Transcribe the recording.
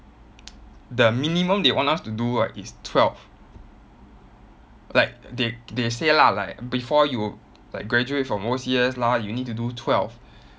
the minimum they want us to do right is twelve like they they say lah like before you like graduate from O_C_S lah you need to do twelve